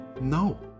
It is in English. No